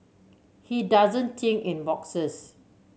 he doesn't think in boxes